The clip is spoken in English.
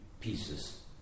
pieces